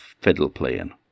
fiddle-playing